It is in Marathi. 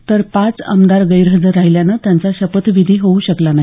तर पाच आमदार गैरहजर राहिल्याने त्यांचा शपथविधी होऊ शकला नाही